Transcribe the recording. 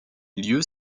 lieux